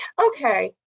okay